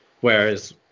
Whereas